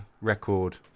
record